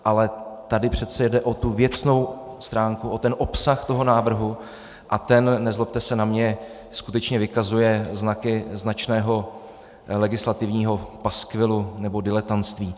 Ale tady přece jde o tu věcnou stránku, o obsah toho návrhu, a ten, nezlobte se na mě, skutečně vykazuje znaky značného legislativního paskvilu nebo diletantství.